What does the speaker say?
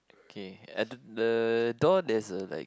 K at the the door there's a like